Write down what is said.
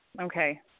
Okay